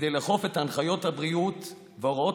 כדי לאכוף את הנחיות הבריאות והוראות